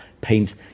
paint